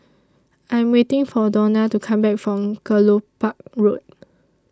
I Am waiting For Dawna to Come Back from Kelopak Road